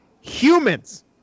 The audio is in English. Humans